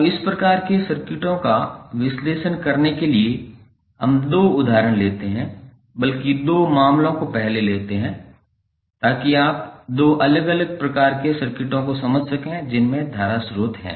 अब इस प्रकार के सर्किटों का विश्लेषण करने के लिए हम दो उदाहरण लेते हैं बल्कि दो मामलों को पहले लेते हैं ताकि आप दो अलग अलग प्रकार के सर्किटों को समझ सकें जिनमें धारा स्रोत हैं